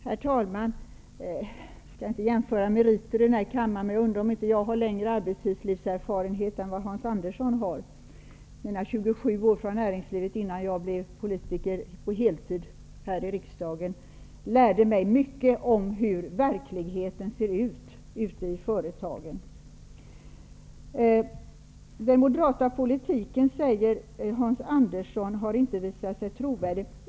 Herr talman! Vi bör inte jämföra meriter här i kammaren, men jag undrar om inte jag har längre arbetslivserfarenhet än vad Hans Andersson har. Mina 27 år i näringslivet innan jag blev politiker på heltid här i riksdagen lärde mig mycket om hur verkligheten ser ute i företagen. Hans Andersson säger att den moderata politiken inte har visat sig trovärdig.